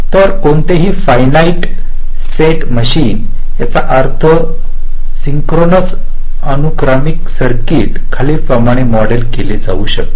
तर कोणतीही finite set machine याचा अर्थ सिंक्रोनस अनु क्रमिक सर्किट खालीलप्रमाणे मॉडेल केले जाऊ शकते